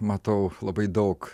matau labai daug